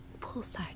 poolside